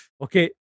Okay